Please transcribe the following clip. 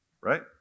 Right